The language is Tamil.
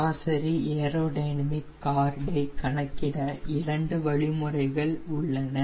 சராசரி ஏரோடைனமிக் கார்டை கணக்கிட இரண்டு வழிமுறைகள் உள்ளன